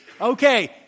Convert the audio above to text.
Okay